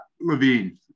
Levine